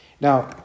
Now